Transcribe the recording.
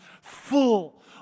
full